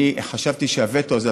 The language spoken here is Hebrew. וחשבתי שהווטו הזה,